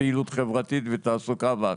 פעילות חברתית ותעסוקה?